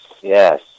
Yes